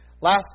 Last